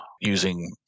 using